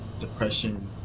depression